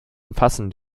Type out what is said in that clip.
umfassen